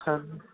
ਹਾਂਜੀ